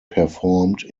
performed